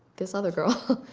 this other girl.